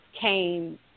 came